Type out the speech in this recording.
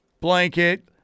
blanket